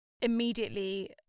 immediately